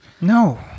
No